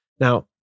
Now